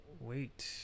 wait